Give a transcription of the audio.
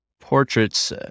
portraits